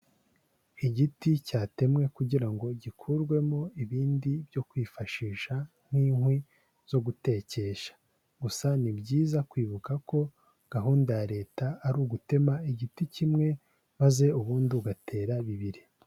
Igiti cyatemwe kugira ngo gikurwemo ibindi byo kwifashisha nk'inkwi zo gutekesha, gusa ni byiza kwibuka ko gahunda ya leta ari ugutema igiti kimwe maze ubundi ugatera bibiri.